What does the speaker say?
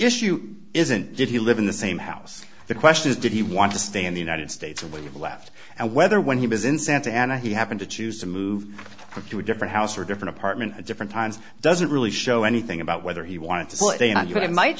issue isn't did he live in the same house the question is did he want to stay in the united states and leave left and whether when he was in santa ana he happened to choose to move to a different house or a different apartment at different times doesn't really show anything about whether he wanted to pl